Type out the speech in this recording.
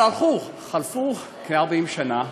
חלפו כ-40 שנה,